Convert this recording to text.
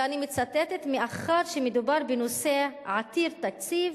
ואני מצטטת: "מאחר שמדובר בנושא עתיר תקציב,